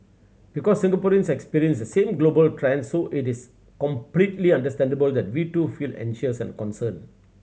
because Singaporeans experience the same global trends so it is completely understandable that we too feel anxious and concerned